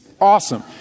Awesome